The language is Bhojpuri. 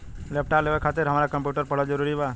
लैपटाप लेवे खातिर हमरा कम्प्युटर पढ़ल जरूरी बा?